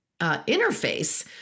interface